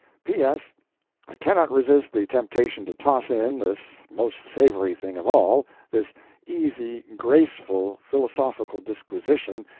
p s i cannot resist the temptation to toss in this most savory thing of all this easy, graceful, philosophical disquisition,